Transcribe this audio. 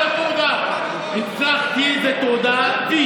הצלחתי זה תעודה,